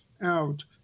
out